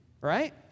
Right